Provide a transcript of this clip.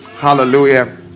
Hallelujah